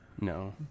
No